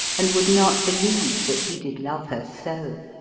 and would not believe that he did love her soe,